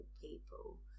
people